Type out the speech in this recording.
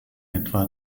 etwa